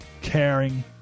Caring